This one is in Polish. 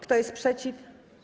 Kto jest przeciw?